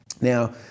Now